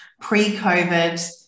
pre-COVID